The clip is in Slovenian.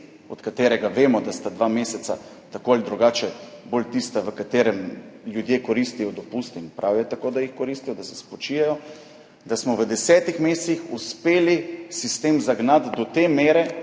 od katerih vemo, da sta dva meseca tako ali drugače bolj tista, v katerih ljudje koristijo dopust, in prav je tako, da koristijo, da se spočijejo – da smo v 10 mesecih uspeli sistem zagnati do te mere,